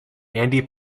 andy